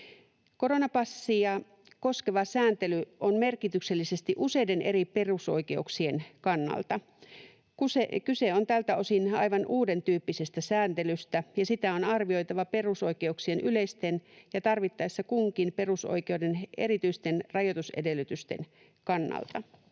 ”Koronapassia koskeva sääntely on merkityksellistä useiden eri perusoikeuksien kannalta. Kyse on tältä osin aivan uudentyyppisestä sääntelystä, ja sitä on arvioitava perusoikeuksien yleisten ja tarvittaessa kunkin perusoikeuden erityisten rajoitusedellytysten kannalta.”